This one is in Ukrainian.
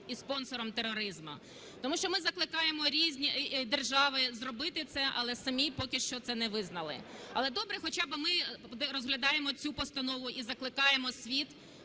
і спонсором тероризму, тому що ми закликаємо різні держави зробити це, але самі поки що це не визнали. Але добре, хоча би ми розглядаємо цю постанову і закликаємо світ